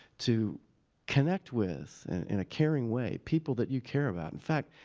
to connect with, in a caring way, people that you care about. in fact,